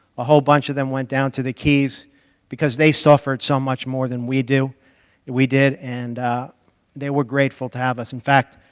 a whole bunch of them went down to the keys because they suffered so much more than we do we did, and they were grateful to have us. in fact,